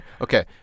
Okay